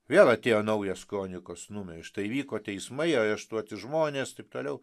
vėl atėjo naujas kronikos numeris štai vyko teismai areštuoti žmonės taip toliau